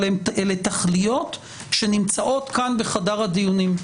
אבל אלה תכליות שנמצאות כאן בחדר הדיונים.